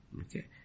Okay